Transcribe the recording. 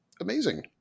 amazing